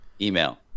email